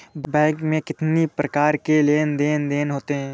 Bank में कितनी प्रकार के लेन देन देन होते हैं?